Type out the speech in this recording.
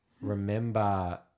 remember